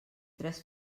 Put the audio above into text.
tres